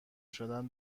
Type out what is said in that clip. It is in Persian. شدن